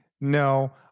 No